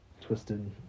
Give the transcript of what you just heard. Twisted